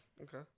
Okay